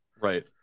right